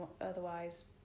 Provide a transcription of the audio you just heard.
otherwise